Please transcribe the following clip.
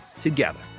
together